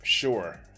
Sure